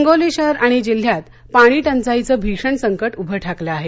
हिंगोली शहर आणि जिल्ह्यात पाणी टंचाईचं भीषण संकट उभं ठाकलं आहे